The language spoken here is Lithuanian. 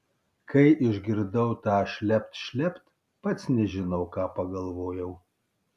kai išgirdau tą šlept šlept pats nežinau ką pagalvojau